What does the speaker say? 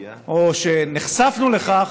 או שנחשפנו לכך,